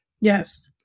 yes